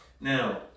Now